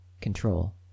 control